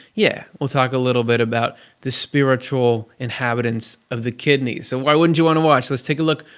yeah, we'll talk a little bit about the spiritual inhabitants of the kidneys. so why wouldn't you want to watch? let's take a look.